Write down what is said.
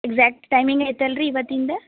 exact timing ಐತಲ್ಲ ರೀ ಇವತ್ತಿಂದು